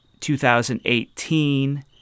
2018